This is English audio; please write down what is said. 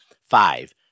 Five